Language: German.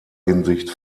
hinsicht